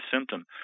symptom